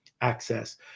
Access